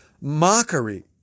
mockery